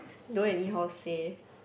don't anyhow say